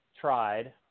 tried